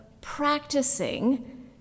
practicing